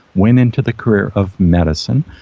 went into the career of medicine,